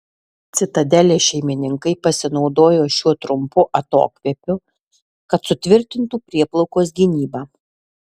citadelės šeimininkai pasinaudojo šiuo trumpu atokvėpiu kad sutvirtintų prieplaukos gynybą